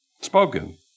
Spoken